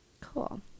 Cool